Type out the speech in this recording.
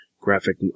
graphic